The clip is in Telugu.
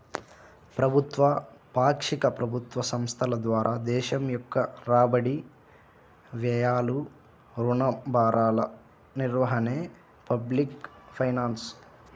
ప్రభుత్వ, పాక్షిక ప్రభుత్వ సంస్థల ద్వారా దేశం యొక్క రాబడి, వ్యయాలు, రుణ భారాల నిర్వహణే పబ్లిక్ ఫైనాన్స్